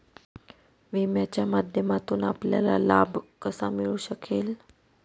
विम्याच्या माध्यमातून आपल्याला लाभ कसा मिळू शकेल?